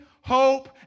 hope